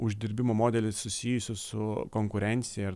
uždirbimo modelį susijusį su konkurencija ir